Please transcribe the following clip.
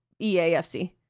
EAFC